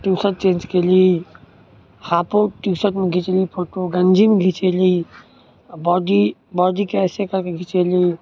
T shirt change कएली हाफो टीशर्टमे घिचली फोटो गञ्जीमे घिचैली आओर बॉडी बॉडीके अइसे कऽके घिचैली